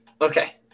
Okay